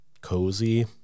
cozy